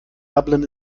dublin